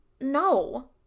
no